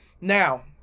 now